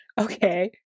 Okay